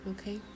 okay